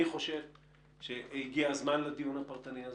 אני חושב שהגיע הזמן לדיון הפרטני הזה,